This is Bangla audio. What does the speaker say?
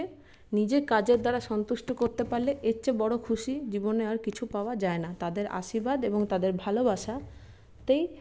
কারণ মানুষকে নিজের কাজের দ্বারা সন্তুষ্ট করতে পারলে এর চেয়ে বড়ো খুশি জীবনে আর কিছু পাওয়া যায় না তাদের আশীর্বাদ এবং তাদের ভালোবাসাতেই